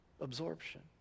absorption